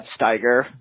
Steiger